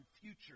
future